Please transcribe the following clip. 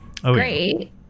great